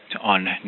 on